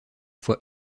fois